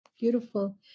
Beautiful